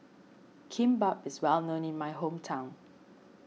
Kimbap is well known in my hometown